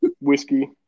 whiskey